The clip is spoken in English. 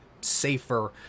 safer